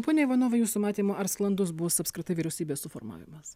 pone ivanovai jūsų matymu ar sklandus bus apskritai vyriausybės suformavimas